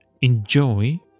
enjoy